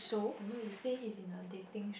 don't know you say he's in a dating